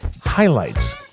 Highlights